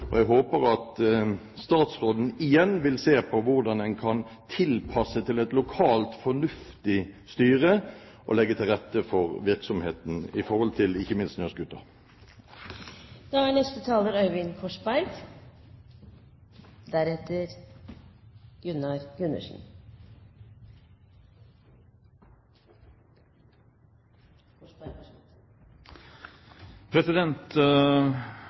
Jeg håper at statsråden igjen vil se på hvordan en kan tilpasse til et lokalt, fornuftig styre, og legge til rette for virksomheten som gjelder ikke minst snøscooter. Dette er